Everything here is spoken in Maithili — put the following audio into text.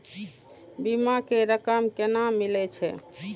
बीमा के रकम केना मिले छै?